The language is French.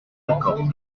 accord